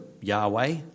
Yahweh